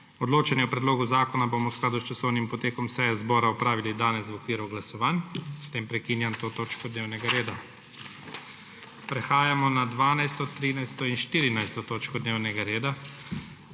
Odločanje o predlogu zakona bomo v skladu s časovnim potekom seje zbora opravili danes v okviru glasovanj. S tem prekinjam to točko dnevnega reda. Prehajamo na **12., 13. IN 14. TOČKO DNEVNEGA REDA,